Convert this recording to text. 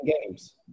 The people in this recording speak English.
games